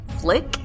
Flick